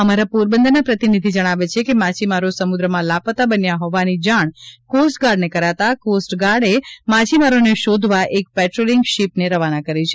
અમારા પોરબંદરના પ્રતિનિધિ જણાવે છે કે માછીમારો સમુદ્રમાં લાપતા બન્યા હોવાની જાણ કોસ્ટગાર્ડને કરાતા કોસ્ટગાર્ડે માછીમારોને શોધવા એક પેટ્રોલિંગ શીપને રવાના કરી છે